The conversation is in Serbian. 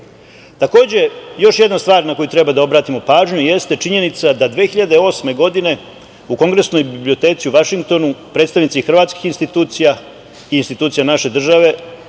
jezika. Takođe, još jedna stvar na koju treba da obratimo pažnju jeste činjenica da 2008. godine u Kongresnoj biblioteci u Vašingtonu predstavnici hrvatskih institucija i institucija naše države,